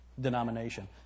denomination